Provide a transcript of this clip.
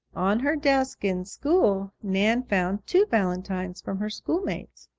on her desk in school nan found two valentines from her schoolmates.